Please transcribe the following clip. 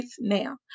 now